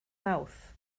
mawrth